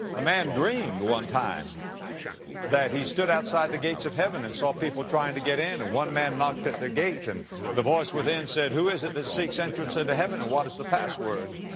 a man dreamed one time that he stood outside the gates of heaven and saw people trying to get in. and one man knocked at the gate and the voice within said, who is it that seeks entrance into heaven and what is the password?